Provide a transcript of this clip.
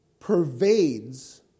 pervades